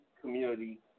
community